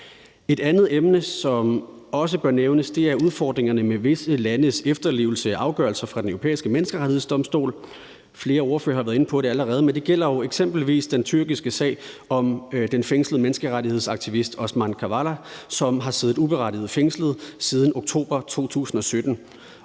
Et andet emne, som også bør nævnes, er udfordringerne med visse landes efterlevelse af afgørelser fra Den Europæiske Menneskerettighedsdomstol. Flere ordførere har været inde på det allerede, men det gælder jo eksempelvis den tyrkiske sag om den fængslede menneskerettighedsaktivist Osman Kavala, som har siddet uberettiget fængslet siden oktober 2007,